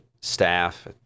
staff